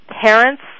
parents